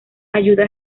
ayuda